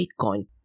Bitcoin